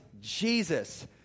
Jesus